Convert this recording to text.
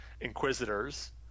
Inquisitors